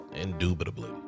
indubitably